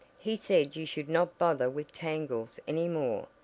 he said you should not bother with tangles any more.